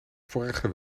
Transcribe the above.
vorige